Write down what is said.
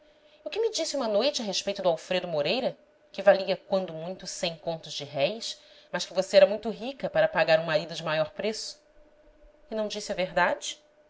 que me disse uma noite a respeito do alfredo moreira que valia quando muito cem contos de réis mas que você era muito rica para pagar um marido de maior preço e não disse a verdade